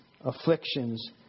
afflictions